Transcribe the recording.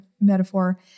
metaphor